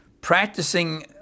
practicing